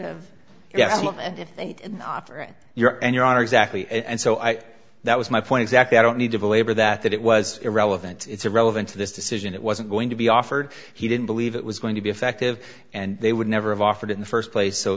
at your end your honor exactly and so i that was my point exactly i don't need to belabor that that it was irrelevant it's irrelevant to this decision it wasn't going to be offered he didn't believe it was going to be effective and they would never have offered in the st place so